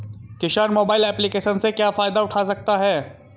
किसान mobile application से क्या फायदा उठा सकता है?